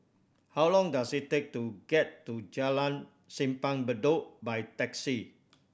how long does it take to get to Jalan Simpang Bedok by taxi